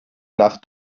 nach